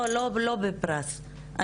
לא בפרס.